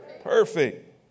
Perfect